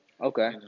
Okay